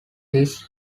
this